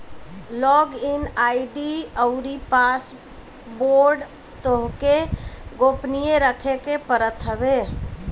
log in ID अउरी password तोहके गोपनीय रखे के पड़त हवे